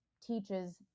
teaches